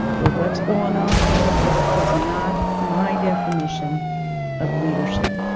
but what is going on in olympia is not my definition of leadership.